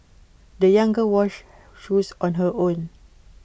the young girl washed shoes on her own